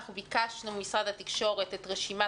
אנחנו ביקשנו ממשרד התקשורת את רשימת